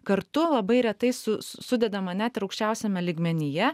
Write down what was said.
kartu labai retai su sudedama net ir aukščiausiame lygmenyje